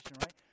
right